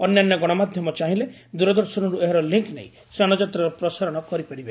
ଅନ୍ୟାନ୍ୟ ଗଣମାଧ୍ଧମ ଚାହିଁଲେ ଦୂରଦର୍ଶନରୁ ଏହାର ଲିଙ୍ଙ ନେଇ ସ୍ନାନଯାତ୍ରାର ପ୍ରସାରଣ କରିପାରିବେ